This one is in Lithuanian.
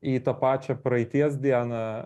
į tą pačią praeities dieną